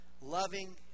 loving